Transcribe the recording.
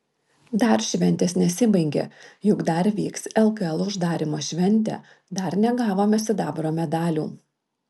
dar šventės nesibaigė juk dar vyks lkl uždarymo šventė dar negavome sidabro medalių